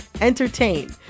entertain